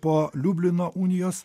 po liublino unijos